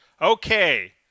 Okay